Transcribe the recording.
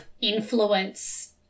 influence